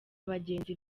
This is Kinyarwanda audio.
bagenzi